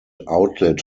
outlet